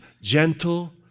gentle